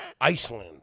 Iceland